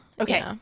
Okay